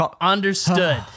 Understood